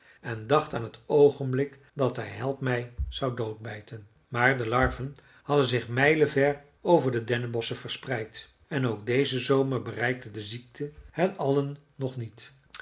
en dacht aan het oogenblik dat hij helpmij zou doodbijten maar de larven hadden zich mijlenver over de dennenbosschen verspreid en ook dezen zomer bereikte de ziekte hen allen nog niet